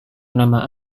nama